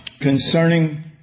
concerning